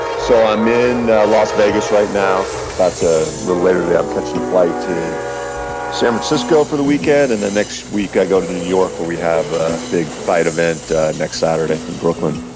so i'm in las vegas right now. but a little later today i'm catching a flight to san francisco for the weekend and then next week i go to new york where we have a big fight event next saturday in brooklyn.